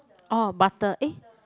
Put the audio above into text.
oh butter eh